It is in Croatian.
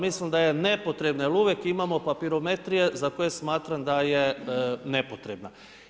Mislim da je nepotrebno, jer uvijek imamo papirometrije za koje smatram da je nepotrebna.